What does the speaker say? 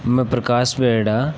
मैं प्रकाश बेड़ा